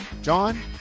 John